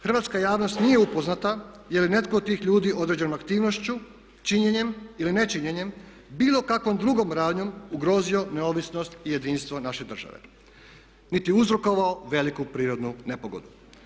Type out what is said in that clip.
Hrvatska javnost nije upoznata je li netko od tih ljudi određenom aktivnošću, činjenjem ili ne činjenjem bilo kakvom drugom radnjom ugrozio neovisnost i jedinstvo naše države niti uzrokovao veliku prirodnu nepogodu.